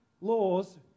laws